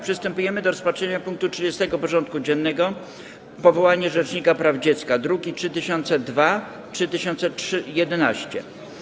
Przystępujemy do rozpatrzenia punktu 30. porządku dziennego: Powołanie rzecznika praw dziecka (druki nr 3002 i 3011)